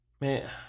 Man